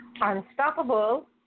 Unstoppable